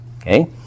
okay